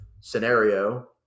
scenario